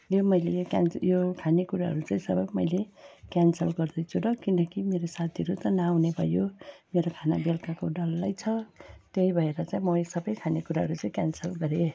यो मैले क्यान यो खाने कुराहरू चाहिँ सबै मैले क्यान्सल गरिदिन्छु ल किनकि मेरो साथीहरू त नआउने भयो मेरो त खाना बेलुकाको डल्लै छ त्यही भएर चाहिँ म यो सबै खाने कुराहरू चाहिँ क्यान्सल गरेँ